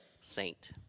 saint